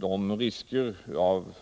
De risker av